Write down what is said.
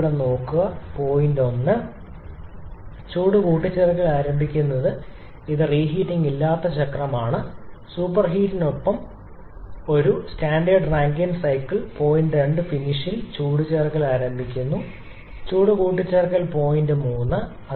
ഇപ്പോൾ ഇവിടെ നോക്കുക പോയിന്റ് 1 ചൂട് കൂട്ടിച്ചേർക്കൽ ആരംഭിക്കുന്നത് ഇത് റീ ഹീറ്റിംഗ് ഇല്ലാത്തചക്രമാണ് സൂപ്പർഹീറ്റിനൊപ്പം ഒരു സ്റ്റാൻഡേർഡ് റാങ്കൈൻ സൈക്കിൾ ഞങ്ങൾ പോയിന്റ് 2 ഫിനിഷിംഗിൽ ചൂട് ചേർക്കൽ ആരംഭിക്കുന്നു ചൂട് കൂട്ടിച്ചേർക്കൽ പോയിന്റ് 3